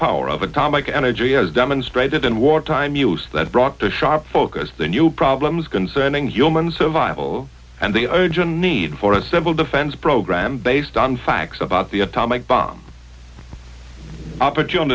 power of atomic energy as demonstrated in wartime use that brought to sharp focus the new problems concerning human survival and the urgent need for a civil defense program based on facts about the atomic bomb opportun